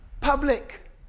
public